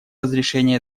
разрешения